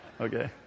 Okay